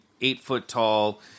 eight-foot-tall